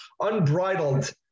unbridled